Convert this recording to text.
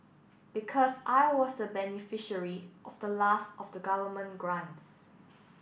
because I was the beneficiary of the last of the government grants